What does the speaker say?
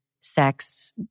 sex